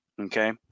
okay